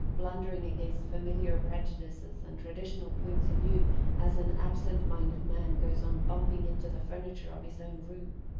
blundering against familiar prejudices and traditional points of view as an absent-minded man goes on bumping into the furniture of his own room.